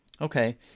okay